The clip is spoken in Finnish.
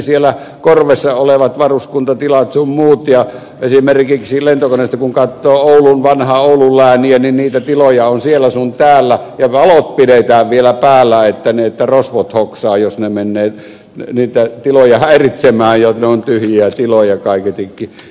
siellä korvessa on varuskuntatiloja sun muuta esimerkiksi lentokoneesta kun katsoo vanhaa oulun lääniä niin niitä tiloja on siellä sun täällä ja valot pidetään vielä päällä että rosvot hoksaavat jos ne menevät niitä tiloja häiritsemään ne ovat tyhjiä tiloja kaiketikin